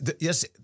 Yes